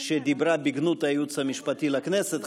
שדיברה בגנות הייעוץ המשפטי לכנסת,